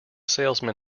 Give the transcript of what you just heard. salesman